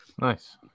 nice